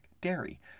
dairy